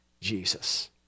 Jesus